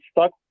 stuck